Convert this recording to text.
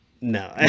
No